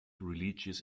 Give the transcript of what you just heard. religious